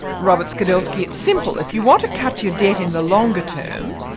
robert skidelsky, it's simple. if you want to cut your debt in the longer term,